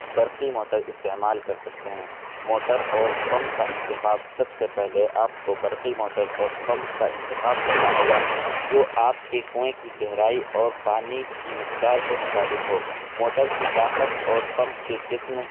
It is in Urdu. برقی موٹر استعمال کر سکتے ہیں موٹر اور پمپ کا انتخاب سب سے پہلے آپ کو برقی موٹر اور پمپ کا انتخاب کرنا ہوگا جو آپ کے کنویں کی گہرائی اور پانی کی مقدار کے مطابق ہو موٹر کی طاقت اور پمپ کے قسم